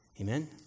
Amen